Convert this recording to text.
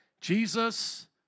Jesus